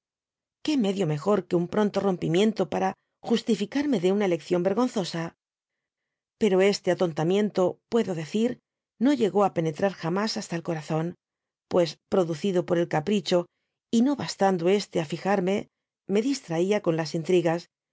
qué medio mejor que un pronto rompimiento para justificarme de una elección vergonzosa pero este atontamiento puedo decir no llegó á penetrar jamas hasta el corazón pues producido por el capricho i y no bastando este á fijarme me distraía con las intrigas